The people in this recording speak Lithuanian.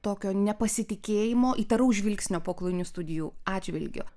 tokio nepasitikėjimo įtaraus žvilgsnio pokolonijinių studijų atžvilgiu